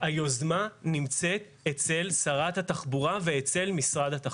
היוזמה נמצאת אצל שרת התחבורה ואצל משרד התחבורה.